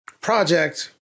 project